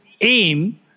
aim